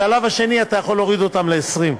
בשלב השני אתה יכול להוריד אותן ל-20,000.